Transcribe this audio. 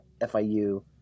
FIU